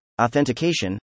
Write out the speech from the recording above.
authentication